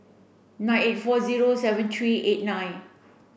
nine eight four zero seven three eight nine